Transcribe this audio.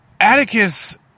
Atticus